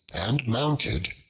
and mounted,